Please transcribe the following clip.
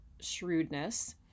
shrewdness